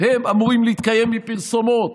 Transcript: אמורים להתקיים מפרסומות.